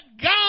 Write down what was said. God